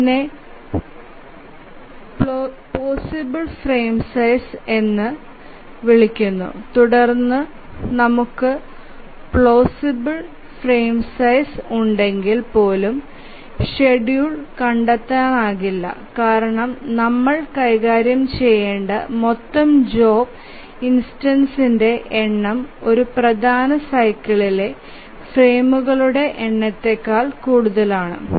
ഇതിനെ plausible frame size എന്ന് വിളിക്കുന്നു തുടർന്ന് നമുക്ക് പ്ലോസിബിൽ ഫ്രെയിം സൈസ് ഉണ്ടെകിൽ പോലും ഷെഡ്യൂൾ കണ്ടെത്താനാകില്ല കാരണം നമ്മൾ കൈകാര്യം ചെയ്യേണ്ട മൊത്തം ജോബ് ഇൻസ്റ്റൻസ്സ്ന്ടെ എണ്ണം ഒരു പ്രധാന സൈക്കിളിലെ ഫ്രെയിമുകളുടെ എണ്ണത്തേക്കാൾ കൂടുതലാണ്